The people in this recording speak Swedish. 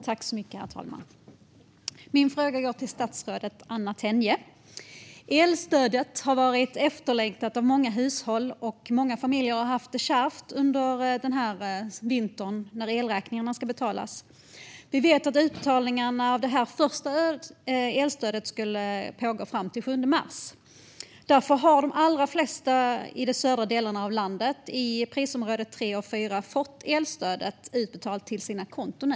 Herr talman! Min fråga går till statsrådet Anna Tenje. Elstödet har varit efterlängtat av många hushåll. Många familjer har haft det kärvt under vintern när elräkningarna skulle betalas. Vi vet att utbetalningarna av det första elstödet skulle pågå fram till den 7 mars. Därför har de allra flesta i de södra delarna av landet i prisområdena 3 och 4 nu fått elstödet utbetalt till sina konton.